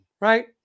right